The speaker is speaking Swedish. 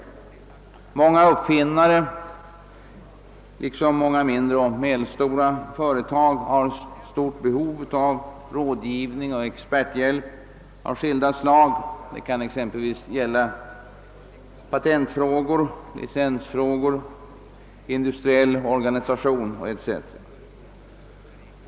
Många uppfinnare liksom mindre och medelstora företag har ett stort behov av rådgivning och experthjälp av skilda slag. Det kan exempelvis gälla patentfrågor, licensfrågor, industriell organisation etc.